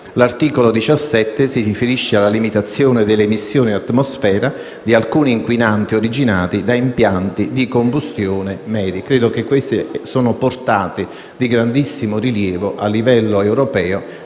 L'articolo 17 si riferisce alla limitazioni delle emissioni in atmosfera di alcuni inquinanti originati da impianti di combustione medi. Credo che questi siano temi di grandissimo rilievo e spessore a livello europeo